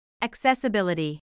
Accessibility